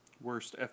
Worst